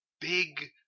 big